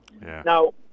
Now